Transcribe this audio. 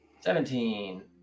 Seventeen